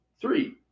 Three